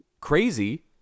Crazy